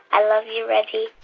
i love you, reggie